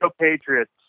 patriots